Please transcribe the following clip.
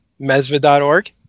mesva.org